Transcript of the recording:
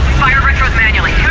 fire retros manually.